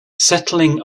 settling